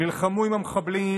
נלחמו עם המחבלים,